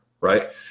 Right